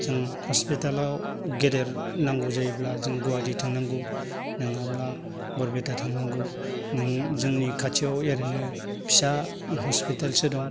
जों हस्पिटालाव गेदेर नांगौ जायोब्ला जों गुवाहाटि थांनांगौ नङाब्ला बरपेटा थांनांगौ नों जोंनि खाथियाव ओरैनो फिसा हस्पिटालसो दं